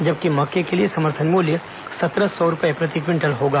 जबकि मक्के के लिए समर्थन मूल्य सत्रह सौ रूपये प्रति क्विंटल होगा